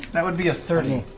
that would be a thirty.